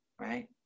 right